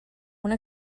una